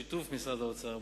בשיתוף עם משרד האוצר,